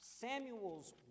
samuel's